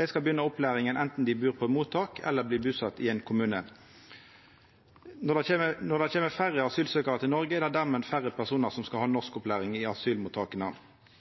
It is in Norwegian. Dei skal begynna opplæringa anten dei bur på eit mottak eller blir busette i ein kommune. Når det kjem færre asylsøkjarar til Noreg, er det dermed færre personar som skal ha norskopplæring i